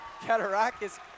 Katarakis